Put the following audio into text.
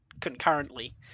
concurrently